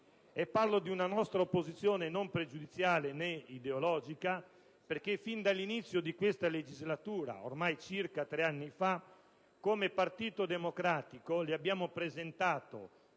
parlo di una nostra opposizione non pregiudiziale né ideologica perché fin dall'inizio di questa legislatura, ormai circa tre anni fa, come Partito Democratico le abbiamo presentato